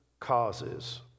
Causes